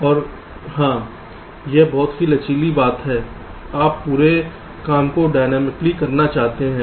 और हां यह बहुत लचीली बात है आप पूरे काम को डायनामिकली करना चाहते हैं